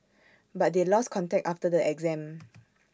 but they lost contact after the exam